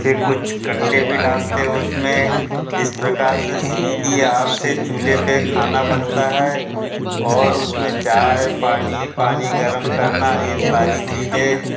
फिर कुछ कंडे भी डालते हैं उसमें इस प्रकार से सीधे आग से चूल्हे पर खाना बनता है और उसमें चाय पानी पानी गरम करना ये सारी चीज़ें